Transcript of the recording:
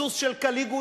הסוס של קליגולה,